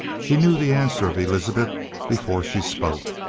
he knew the answer of elizabeth before she spoke.